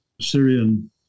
Syrian